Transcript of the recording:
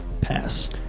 Pass